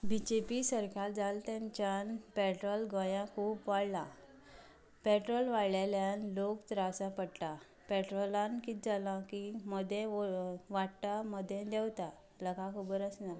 बी J P सरकार जाल तेनच्यान पेट्रोल गोंयां खूब वाडलां पेट्रोल वाडलेल्यान लोक त्रासान पडटा पेट्रोलान किद जालां कि मदें वाडटा मदें देंवतां आपल्या काय खबर आसना